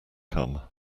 come